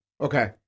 Okay